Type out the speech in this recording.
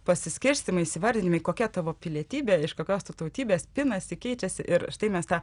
pasiskirstymai įsivardinimai kokia tavo pilietybė iš kokios tu tautybės pinasi keičiasi ir štai mes tą